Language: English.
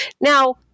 Now